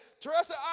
Teresa